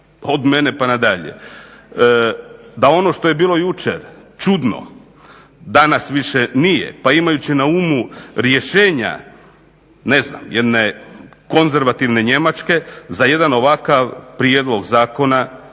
od mene pa na dalje, da ono što je bilo jučer čudno, danas više nije, pa imajući na umu rješenja, ne znam, jedne konzervativne Njemačke za jedan ovakav prijedlog zakona,